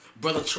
brother